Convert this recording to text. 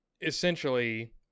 essentially